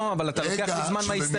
לא, אבל אתה לוקח לי זמן מההסתייגות.